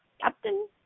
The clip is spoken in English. captain